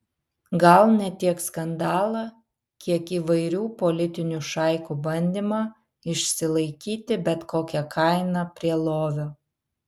gal ne tiek skandalą kiek įvairių politinių šaikų bandymą išsilaikyti bet kokia kaina prie lovio